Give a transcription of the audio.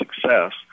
success